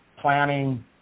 planning